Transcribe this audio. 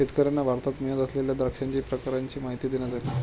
शेतकर्यांना भारतात मिळत असलेल्या द्राक्षांच्या प्रकारांची माहिती देण्यात आली